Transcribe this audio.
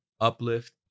Uplift